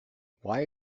why